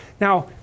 now